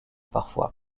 parfois